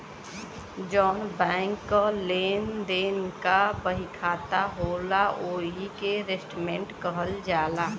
जौन बैंक क लेन देन क बहिखाता होला ओही के स्टेट्मेंट कहल जाला